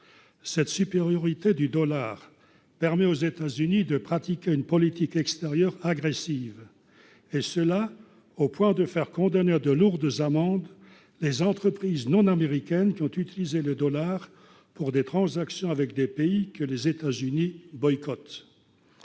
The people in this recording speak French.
cette supériorité du dollar permet aux États-Unis de pratiquer une politique extérieure agressive et cela au point de faire condamner à de lourdes amendes les entreprises non américaines, qui ont utilisé le dollar pour des transactions avec des pays que les États-Unis boycottent